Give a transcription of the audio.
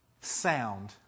sound